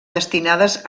destinades